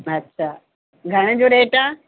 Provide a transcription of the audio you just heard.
अच्छा घणे जो रेट आहे